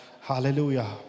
Hallelujah